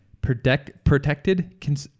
protected